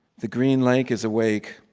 the green lake is awake.